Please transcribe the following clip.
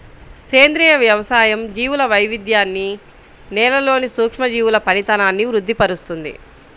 సేంద్రియ వ్యవసాయం జీవుల వైవిధ్యాన్ని, నేలలోని సూక్ష్మజీవుల పనితనాన్ని వృద్ది పరుస్తుంది